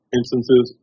instances